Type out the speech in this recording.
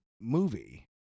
movie